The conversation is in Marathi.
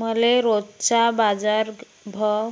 मले रोजचा बाजारभव